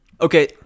Okay